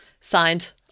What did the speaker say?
Signed